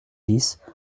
dix